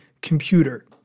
computer